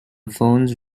phones